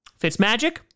Fitzmagic